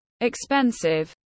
expensive